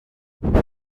die